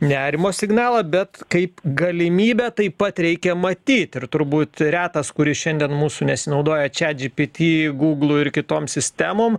nerimo signalą bet kaip galimybę taip pat reikia matyt ir turbūt retas kuris šiandien mūsų nesinaudoja čiatdžypyty gūglu ir kitom sistemom